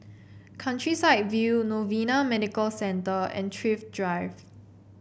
Countryside View Novena Medical Centre and Thrift Drive